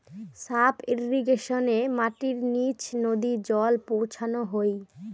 sub ইর্রিগেশনে মাটির নিচ নদী জল পৌঁছানো হই